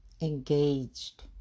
Engaged